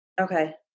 Okay